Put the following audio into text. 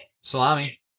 Salami